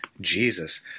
Jesus